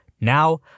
Now